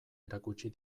erakutsi